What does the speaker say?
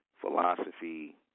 philosophy